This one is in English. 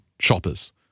shoppers